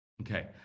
Okay